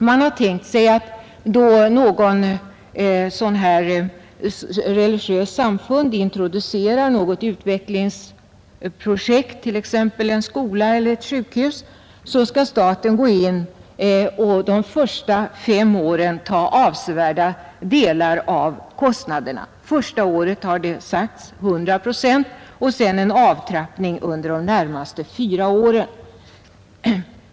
Man har tänkt sig att då något religiöst samfund introducerar ett utvecklingsprojekt, t.ex. en skola eller ett sjukhus, skall staten gå in och de första fem åren ta på sig avsevärda delar av kostnaderna. 100 procent första året, har det sagts, och sedan en avtrappning av statsstödet under de närmaste fyra åren.